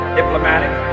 diplomatic